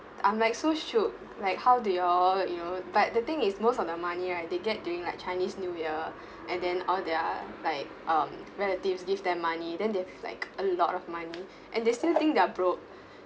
I'm like so should like how do you all you know but the thing is most of their money right they get during like chinese new year and then all their like um relatives give them money then they have like a lot of money and they still think they're broke